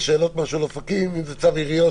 יש שאלות לגבי אופקים צו עיריות?